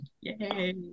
Yay